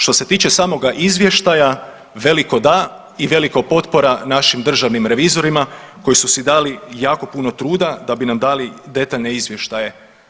Što se tiče samoga izvještaja veliko da i veliko potpora našim državnim revizorima koji su si dali jako puno truda da bi nam dali detaljne izvještaje.